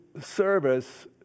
service